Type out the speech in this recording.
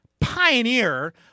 pioneer